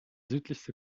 südlichste